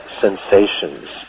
sensations